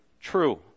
true